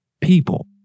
People